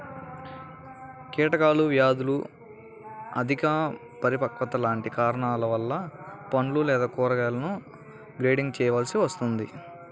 కీటకాలు, వ్యాధులు, అధిక పరిపక్వత లాంటి కారణాల వలన పండ్లు లేదా కూరగాయలను గ్రేడింగ్ చేయవలసి వస్తుంది